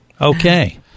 Okay